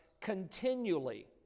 continually